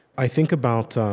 i think about ah